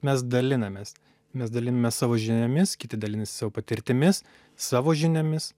mes dalinamės mes dalinamės savo žiniomis kiti dalinasi savo patirtimis savo žiniomis